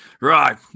right